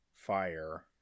Fire